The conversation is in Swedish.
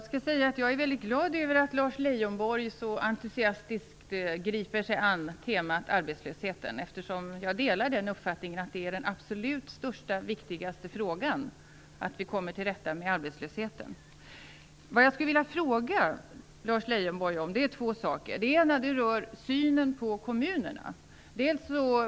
Fru talman! Jag är väldigt glad över att Lars Leijonborg så entusiastiskt tar sig an temat arbetslöshet. Jag delar nämligen uppfattningen att den absolut största och viktigaste frågan är hur vi skall komma till rätta med arbetslösheten. Jag vill fråga Lars Leijonborg om två saker. Den ena rör synen på kommunerna.